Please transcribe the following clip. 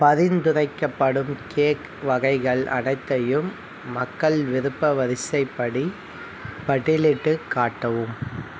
பரிந்துரைக்கப்படும் கேக் வகைகள் அனைத்தையும் மக்கள் விருப்ப வரிசைப்படி பட்டியலிட்டுக் காட்டவும்